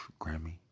Grammy